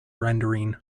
rendering